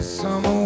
summer